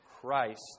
Christ